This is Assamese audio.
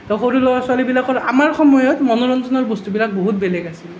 তো সৰু ল'ৰা ছোৱালীবিলাকৰ আমাৰ সময়ত মনোৰঞ্জনৰ বস্তুবিলাক বহুত বেলেগ আছিল